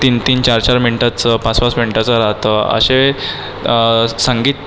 तीन तीन चार चार मिंटाचं पाच पाच मिंटाच राहतं असे संगीत